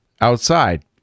outside